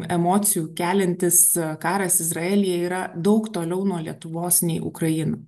emocijų keliantis karas izraelyje yra daug toliau nuo lietuvos nei ukraina